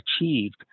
achieved